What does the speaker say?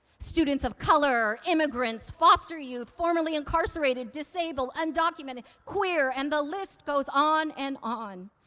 students of color, immigrants, foster youth, formerly-incarcerated, disabled, undocumented, queer, and the list goes on and on.